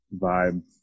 vibe